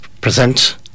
present